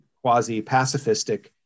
quasi-pacifistic